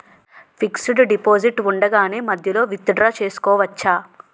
Fixed deposit ఉండగానే మధ్యలో withdraw చేసుకోవచ్చా?